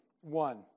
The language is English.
one